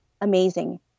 amazing